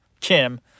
Kim